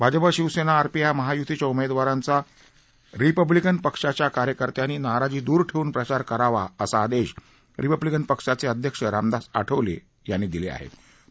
Bhajap Shiv Sena RPI महायुतीच्या उमेदवारांचा Republican पक्षाच्या कार्यकर्त्यांनी नाराजी दूर ठेवून प्रचार करावा असा आदेश रिपब्लिकन पक्षाचे अध्यक्ष रामदास आठवले यांनी आज कार्यकर्त्यांना दिले